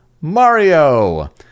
Mario